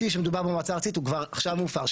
שמדובר במועצה הארצית הוא כבר עכשיו מופר.